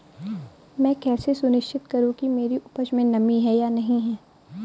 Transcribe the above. मैं कैसे सुनिश्चित करूँ कि मेरी उपज में नमी है या नहीं है?